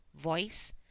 voice